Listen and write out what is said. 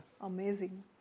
Amazing